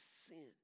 sin